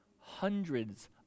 Hundreds